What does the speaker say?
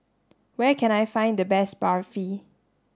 where can I find the best Barfi